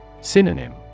Synonym